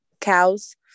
cows